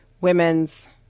women's